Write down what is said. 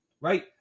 right